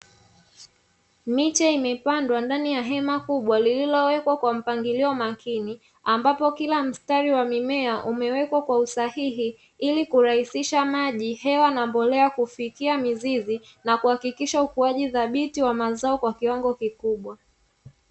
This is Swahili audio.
Miche imepandwa ndani ya hema kubwa lililowekwa kwa mpangilio makini ambapo kila mstari wa mimea umewekwa kwa usahihi ili kurahisisha maji, hewa na mbolea kufikia mizizi na kuhakikisha ukuaji thabiti wa mazao kwa kiwango kikubwa.